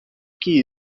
que